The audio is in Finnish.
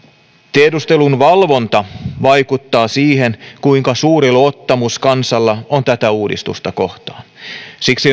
tiedustelun valvonta vaikuttaa siihen kuinka suuri luottamus kansalla on tätä uudistusta kohtaan siksi